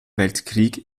weltkrieg